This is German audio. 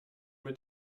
mit